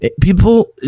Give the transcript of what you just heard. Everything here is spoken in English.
people